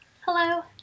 Hello